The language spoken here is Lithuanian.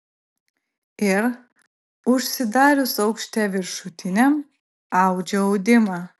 ir užsidarius aukšte viršutiniam audžia audimą